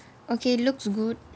okay looks good